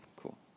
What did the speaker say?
Cool